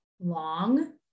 long